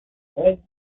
raised